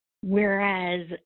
whereas